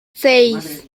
seis